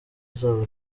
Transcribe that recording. azaba